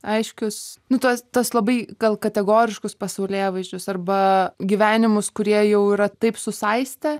aiškius nu tuos tuos labai gal kategoriškus pasaulėvaizdžius arba gyvenimus kurie jau yra taip susaistę